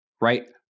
right